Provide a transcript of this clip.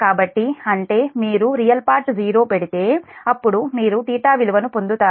కాబట్టి అంటే మీరు రియల్ పార్ట్0 పెడితే అప్పుడు మీరు θ విలువను పొందుతారు